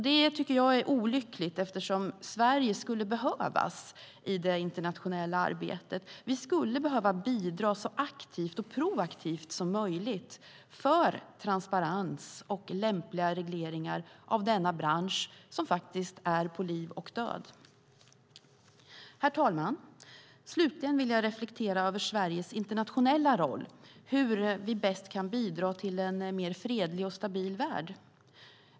Det tycker jag är olyckligt eftersom Sverige skulle behövas i det internationella arbetet. Vi skulle behöva bidra så aktivt och proaktivt som möjligt för transparens och lämpliga regleringar av denna bransch som faktiskt är på liv och död. Herr talman! Slutligen vill jag reflektera över Sveriges internationella roll, hur vi bäst kan bidra till en mer fredlig och stabil värld.